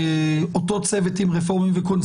כך שהוא כל יום עובד באותו צוות עם רפורמים וקונסרבטיבים,